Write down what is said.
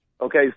Okay